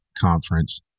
conference